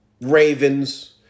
Ravens